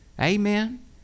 amen